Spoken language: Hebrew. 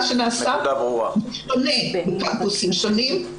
מה שנעשה שונה מקמפוסים שונים.